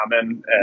common